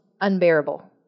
unbearable